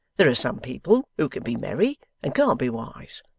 there are some people who can be merry and can't be wise,